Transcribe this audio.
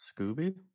Scooby